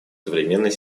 современной